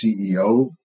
CEO